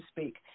speak